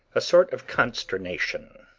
a sort of consternation.